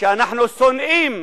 שאנחנו שונאים